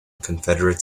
confederate